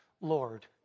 Lord